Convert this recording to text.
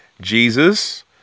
Jesus